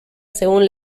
según